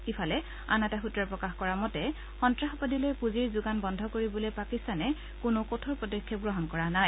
ইফালে আন এটা সূত্ৰই প্ৰকাশ কৰা মতে সন্নাসবাদীলৈ পুঁজিৰ যোগান বন্ধ কৰিবলৈ পাকিস্তানে কোনো কঠোৰ পদক্ষেপ গ্ৰহণ কৰা নাই